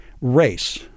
race